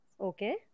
Okay